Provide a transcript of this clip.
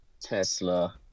Tesla